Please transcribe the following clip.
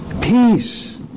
peace